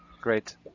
Great